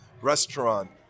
restaurant